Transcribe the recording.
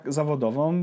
zawodową